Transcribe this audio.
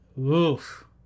Oof